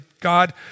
God